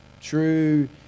true